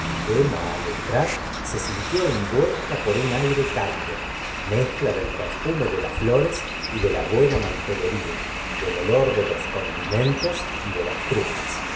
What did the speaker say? emma al entrar se sintió envuelta por un aire cálido mezcla del perfume de las flores y de la buena mantelería del olor de los condimentos y de las trufas